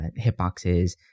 hitboxes